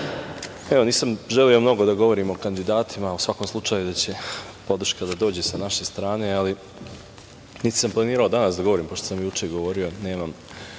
ja želeo mnogo da govorim o kandidatima. U svakom slučaju da će podrška da dođe sa naše strane, ali niti sam planirao danas da govorim pošto sam juče govorio. Nemam